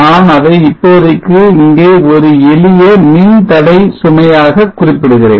நான் அதை இப்போதைக்கு இங்கே ஒரு எளிய மின்தடை சுமையாக குறிப்பிடுகிறேன்